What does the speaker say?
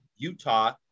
Utah